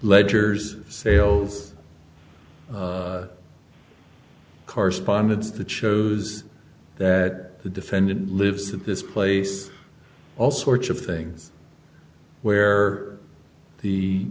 ledger's sales correspondence that shows that the defendant lives at this place all sorts of things where the